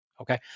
Okay